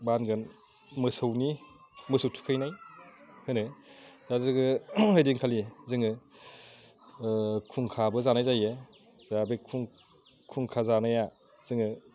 मा होनगोन मोसौनि मोसौ थुखैनाय होनो दा जोङो ओइदिनखालि जोङो खुंखाबो जानाय जायो जा बे खुंखा जानाया जोङो